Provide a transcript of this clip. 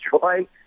joy